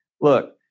look